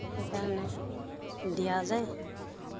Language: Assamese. সেইকাৰণে দিয়া যায়